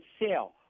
sale